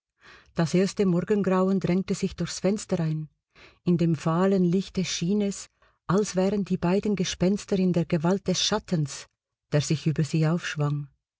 das erste morgengrauen drängte sich durchs fenster ein in dem fahlen lichte schien es als wären die beiden gespenster in der gewalt des schattens der sich über sie aufschwang